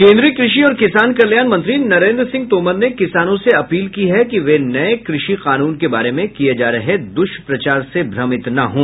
केन्द्रीय कृषि और किसान कल्याण मंत्री नरेन्द्र सिंह तोमर ने किसानों से अपील की है कि वे नये कृषि कानून के बारे में किये जा रहे दुष्प्रचार से भ्रमित न हों